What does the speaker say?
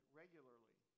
regularly